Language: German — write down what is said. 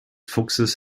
fuchses